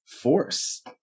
force